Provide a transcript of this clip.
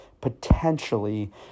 potentially